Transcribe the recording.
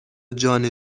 جان